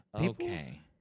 Okay